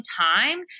time